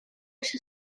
всё